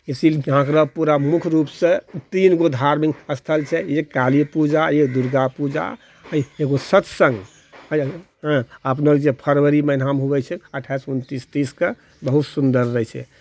पूरा मुख्य रुपसंँ तीन गो धार्मिक स्थल छै काली पूजा यऽ दुर्गा पूजा एगो सत्सङ्ग हँ अपनो जे फरवरी महीनामे हुवै छै अठाइस उनतीस तीस कऽ बहुत सुन्दर रहै छै